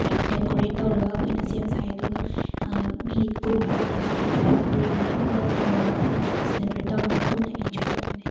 decorate ꯇꯧꯔꯒ ꯑꯩꯈꯣꯏꯅ ꯁꯦꯝ ꯁꯥꯏ ꯑꯗꯨꯒ ꯃꯤꯠꯀꯨꯝꯕ ꯑꯗꯒꯤ ꯕ꯭ꯔꯤꯌꯥꯅꯤꯒꯨꯝꯕ ꯇꯧꯔꯒ ꯑꯩꯈꯣꯏꯅ ꯁꯦꯂꯦꯕ꯭ꯔꯦꯠ ꯇꯧꯔꯒ ꯄꯨꯟꯅ ꯏꯟꯖꯣꯏ ꯇꯧꯃꯤꯟꯅꯩ